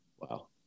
Wow